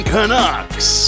Canucks